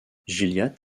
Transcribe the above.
gilliatt